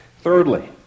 Thirdly